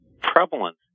prevalence